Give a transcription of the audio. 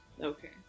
Okay